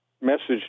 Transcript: message